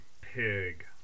Pig